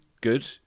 good